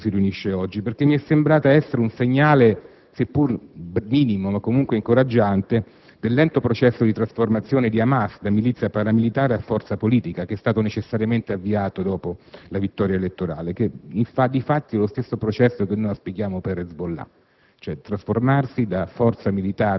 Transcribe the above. che ha chiesto la convocazione del Consiglio di sicurezza dell'ONU, che appunto si riunisce oggi, perché mi è sembrato un segnale, seppure minimo, ma comunque incoraggiante, del lento processo di trasformazione di Hamas da milizia paramilitare a forza politica, necessariamente avviato dopo la vittoria elettorale, che difatti è lo stesso processo che